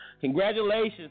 congratulations